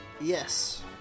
Yes